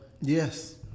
Yes